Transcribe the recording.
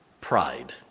Pride